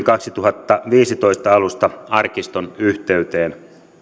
kaksituhattaviisitoista alusta arkiston yhteyteen